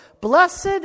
Blessed